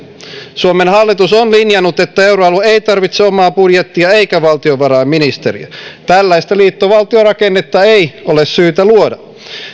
suomen hallitus on linjannut että euroalue ei tarvitse omaa budjettia eikä valtiovarainministeriä tällaista liittovaltiorakennetta ei ole syytä luoda